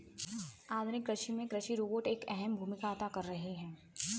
आधुनिक कृषि में कृषि रोबोट एक अहम भूमिका अदा कर रहे हैं